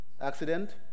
accident